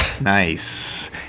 Nice